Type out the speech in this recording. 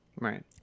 Right